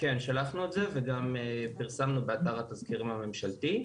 כן שלחנו את זה וגם פרסמנו באתר התזכירים הממשלתי.